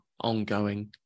ongoing